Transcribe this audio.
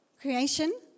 creation